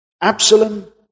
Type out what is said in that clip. Absalom